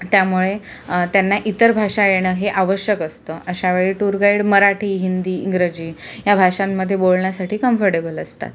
त्यामुळे त्यांना इतर भाषा येणं हे आवश्यक असतं अशावेळी टूर गाईड मराठी हिंदी इंग्रजी ह्या भाषांमध्ये बोलण्यासाठी कम्फर्टेबल असतात